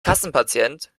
kassenpatient